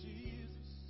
Jesus